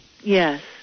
Yes